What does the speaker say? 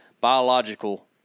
biological